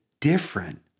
different